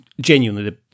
genuinely